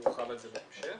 שיורחב על זה בהמשך.